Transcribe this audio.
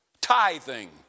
tithing